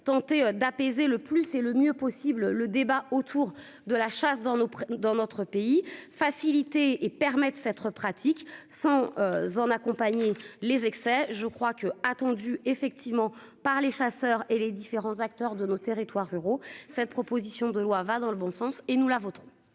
tenter d'apaiser le plus et le mieux possible le débat autour de la chasse dans notre dans notre pays facilité et permettent s'être pratique sans. Accompagner les excès. Je crois que attendu effectivement par les chasseurs et les différents acteurs de nos territoires ruraux. Cette proposition de loi va dans le bon sens et nous la voterons.--